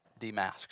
demasked